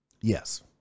Yes